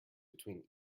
between